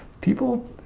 people